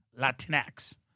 Latinx